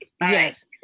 Yes